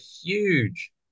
huge